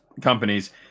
companies